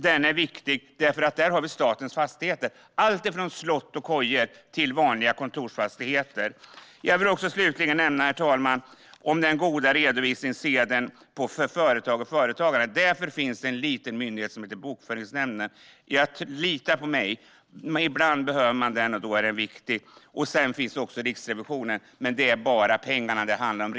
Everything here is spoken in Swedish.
Den är viktig för att den hanterar statens fastigheter, allt från slott och kojor till vanliga kontorsfastigheter. Sedan har vi också Riksrevisionen, men där handlar det bara om pengarna.